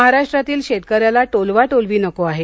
महाराष्ट्रातील शेतकऱ्याला टोलवाटोलवी नको आहे